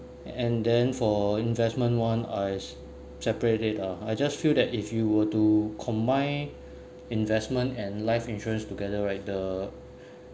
and then for investment [one] I separate it lah I just feel that if you were to combine investment and life insurance together right the